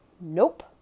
nope